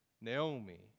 Naomi